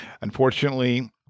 Unfortunately